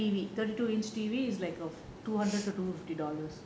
thirty two inch T_V is like a two hundred two fifty dollars